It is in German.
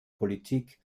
politik